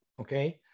Okay